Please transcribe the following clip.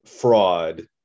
fraud